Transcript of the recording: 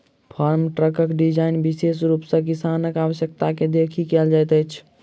farm ट्रकक design विशेष रूप सॅ किसानक आवश्यकता के देखि कयल जाइत अछि